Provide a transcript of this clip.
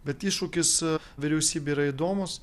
bet iššūkis vyriausybei yra įdomus